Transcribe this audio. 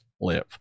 live